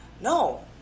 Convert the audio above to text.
no